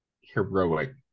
heroic